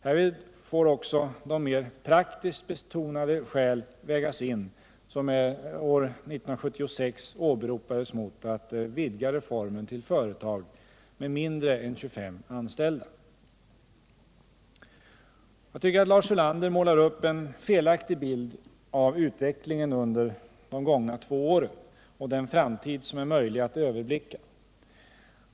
Härvid får också de mer praktiskt betonade skäl vägas in som år 1976 åberopades mot att vidga reformen till företag med mindre än 25 anställda. Jag tycker att Lars Ulander målar upp en felaktig bild av utvecklingen under de gångna två åren och den framtid som är möjlig att överblicka.